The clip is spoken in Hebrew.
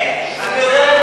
אין, אני יודע,